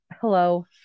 hello